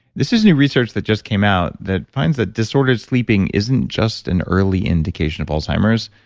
this is new research that just came out that finds that disordered sleeping isn't just an early indication of alzheimer's,